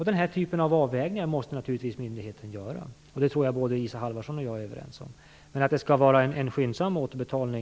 Den här typen av avvägningar måste naturligtvis myndigheten göra. Det tror jag att både Isa Halvarsson och jag är överens om. Men det är viktigt att det skall vara en skyndsam återbetalning.